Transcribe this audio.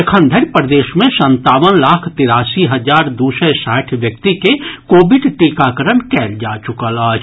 एखन धरि प्रदेश मे सन्तावन लाख तिरासी हजार दू सय साठि व्यक्ति के कोविड टीकाकरण कयल जा चुकल अछि